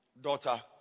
daughter